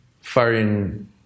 foreign